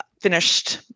finished